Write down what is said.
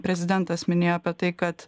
prezidentas minėjo apie tai kad